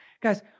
Guys